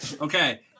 Okay